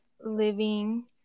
living